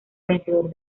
vencedor